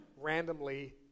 randomly